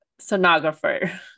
sonographer